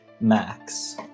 Max